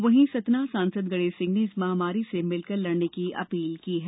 वहीं सतना सांसद गणेश सिंह ने इस महामारी से मिलकर लड़ने की अपील की है